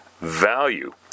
value